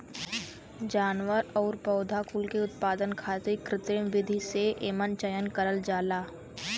जानवर आउर पौधा कुल के उत्पादन खातिर कृत्रिम विधि से एमन चयन करल जाला